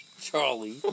Charlie